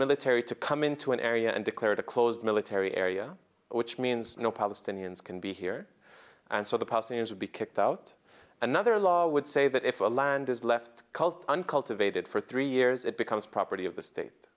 military to come into an area and declare it a closed military area which means no palestinians can be here and so the palestinians would be kicked out another law would say that if the land is left cult uncultivated for three years it becomes property of the state